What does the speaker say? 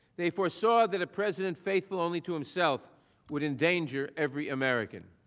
they foresaw that a president faithful only to himself would endanger every american.